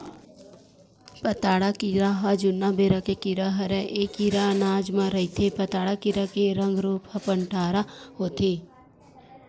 पताड़ा कीरा ह जुन्ना बेरा के कीरा हरय ऐ कीरा अनाज म रहिथे पताड़ा कीरा के रंग रूप ह पंडरा होथे